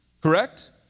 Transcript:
correct